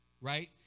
right